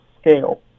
scale